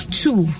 two